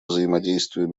взаимодействию